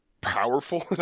powerful